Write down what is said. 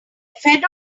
fed